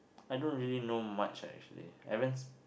I don't really know much actually I haven't